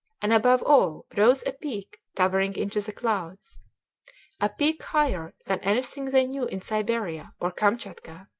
and above all rose a peak towering into the clouds a peak higher than anything they knew in siberia or kamtchatka,